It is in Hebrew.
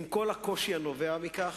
עם כל הקושי הנובע מכך.